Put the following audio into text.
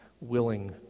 willing